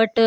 but